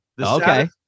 Okay